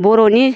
बर'नि